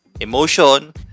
emotion